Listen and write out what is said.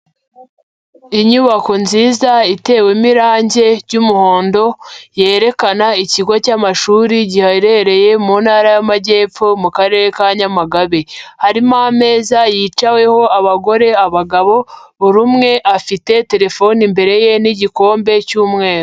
Inyubako nziza itewemo irangi ry'umuhondo, yerekana ikigo cy'amashuri giherereye mu Ntara y'Amajyepfo, mu karere ka Nyamagabe, harimo ameza yicaweho abagore, abagabo, buri umwe afite telefoni imbere ye, n'igikombe cy'umweru.